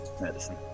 Medicine